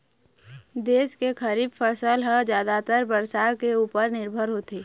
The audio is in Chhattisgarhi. देश के खरीफ फसल ह जादातर बरसा के उपर निरभर होथे